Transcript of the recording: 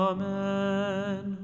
Amen